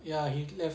ya he left